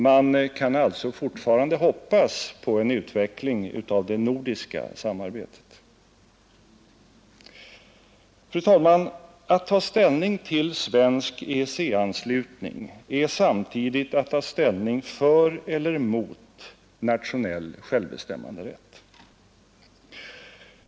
Man kan alltså fortfarande hoppas på en utveckling av det nordiska samarbetet. Fru talman! Att ta ställning till svensk EEC-anslutning är samtidigt att ta ställning för eller emot nationell självbestämmanderätt.